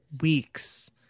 weeks